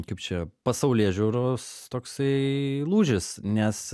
kaip čia pasaulėžiūros toksai lūžis nes